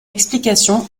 explication